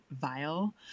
vile